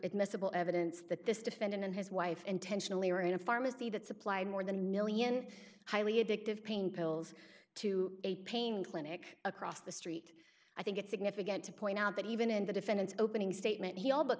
admissible evidence that this defendant and his wife intentionally are in a pharmacy that supplied more than a one million highly addictive pain pills to a pain clinic across the street i think it's significant to point out that even in the defendant's opening statement he all